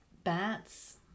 Bats